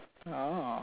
ah